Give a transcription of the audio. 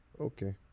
Okay